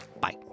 Bye